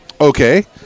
okay